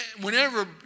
whenever